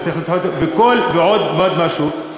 ועוד משהו,